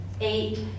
eight